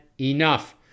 enough